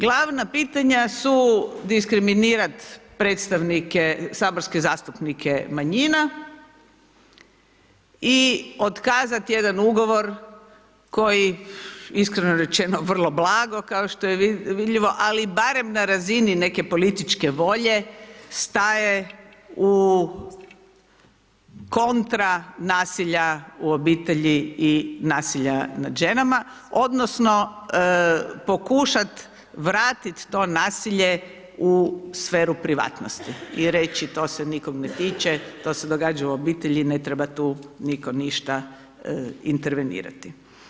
Glavna pitanja su diskriminirati predstavnike, saborske zastupnike manjina i otkazati jedan ugovor koji iskreno rečeno vrlo blago kao što je vidljivo, ali barem na razini neke političke volje staje u kontra nasilja u obitelji i nasilja nad ženama, odnosno pokušati vratiti to nasilje u sferu privatnosti i reći to se nikog ne tiče, to se događa u obitelji, ne treba tu nitko ništa intervenirati.